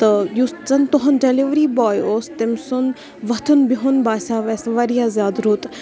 تہٕ یُس زَن تُہُنٛد ڈیلؤرِی باے اوس تٔمۍ سُنٛد وۄتُھن بِہُن باسیٚو اَسہِ واریاہ زِیادٕ رُت